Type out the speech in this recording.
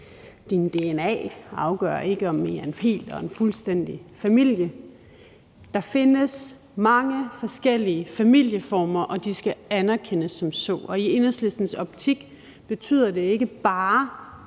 din dna afgør ikke, om I er en hel og en fuldstændig familie. Der findes mange forskellige familieformer, og de skal anerkendes som så, og i Enhedslistens optik betyder det ikke bare,